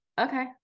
Okay